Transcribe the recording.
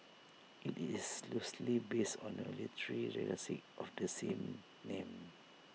IT is loosely based on the literary classic of the same name